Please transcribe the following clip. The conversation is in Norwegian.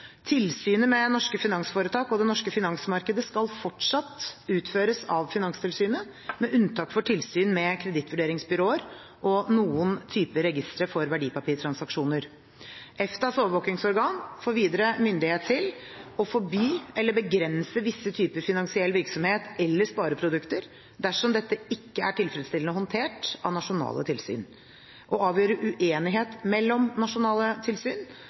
Tilsynet med norske finansforetak og det norske finansmarkedet skal fortsatt utføres av Finanstilsynet, med unntak for tilsyn med kredittvurderingsbyråer og noen typer registre for verdipapirtransaksjoner. EFTAs overvåkingsorgan får videre myndighet til å forby eller begrense visse typer finansiell virksomhet eller spareprodukter dersom dette ikke er tilfredsstillende håndtert av nasjonale tilsyn å avgjøre uenighet mellom nasjonale tilsyn og å treffe vedtak direkte mot markedsaktører dersom nasjonale tilsyn